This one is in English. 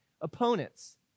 opponents